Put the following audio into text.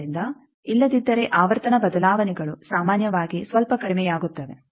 ಆದ್ದರಿಂದ ಇಲ್ಲದಿದ್ದರೆ ಆವರ್ತನ ಬದಲಾವಣೆಗಳು ಸಾಮಾನ್ಯವಾಗಿ ಸ್ವಲ್ಪ ಕಡಿಮೆಯಾಗುತ್ತವೆ